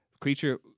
creature